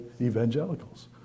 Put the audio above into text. evangelicals